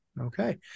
okay